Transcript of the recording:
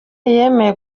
yemeye